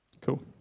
Cool